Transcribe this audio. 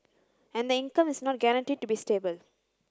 and the income is not guaranteed to be stable